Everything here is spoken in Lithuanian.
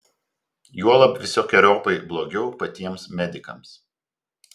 juolab visokeriopai blogiau patiems medikams